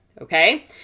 Okay